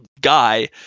guy